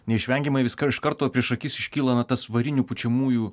neišvengiamai vis ka iš karto prieš akis iškyla tas varinių pučiamųjų